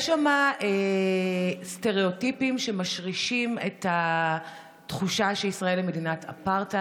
יש שם סטריאוטיפים שמשרישים את התחושה שמדינת ישראל היא מדינה אפרטהייד.